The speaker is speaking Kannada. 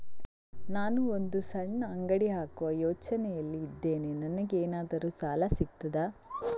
ನಾನು ಒಂದು ಸಣ್ಣ ಅಂಗಡಿ ಹಾಕುವ ಯೋಚನೆಯಲ್ಲಿ ಇದ್ದೇನೆ, ನನಗೇನಾದರೂ ಸಾಲ ಸಿಗ್ತದಾ?